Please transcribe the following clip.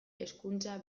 hezkuntza